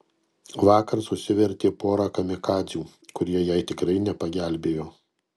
vakar susivertė porą kamikadzių kurie jai tikrai nepagelbėjo